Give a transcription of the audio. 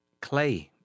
clay